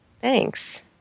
Thanks